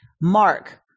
Mark